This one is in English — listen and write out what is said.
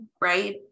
right